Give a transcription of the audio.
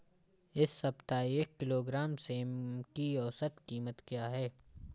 इस सप्ताह एक किलोग्राम सेम की औसत कीमत क्या है?